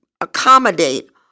accommodate